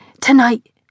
tonight